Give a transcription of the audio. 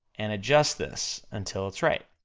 and adjust this, until it's right,